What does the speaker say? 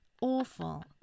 awful